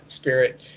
spirit